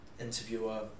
interviewer